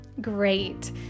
Great